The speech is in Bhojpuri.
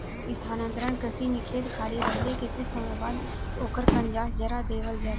स्थानांतरण कृषि में खेत खाली रहले के कुछ समय बाद ओकर कंजास जरा देवल जाला